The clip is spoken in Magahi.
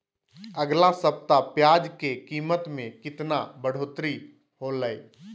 अगला सप्ताह प्याज के कीमत में कितना बढ़ोतरी होलाय?